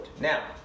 Now